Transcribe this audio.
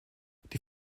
die